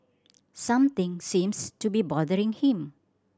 something seems to be bothering him